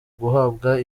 guhabwa